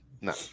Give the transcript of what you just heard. no